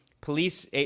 police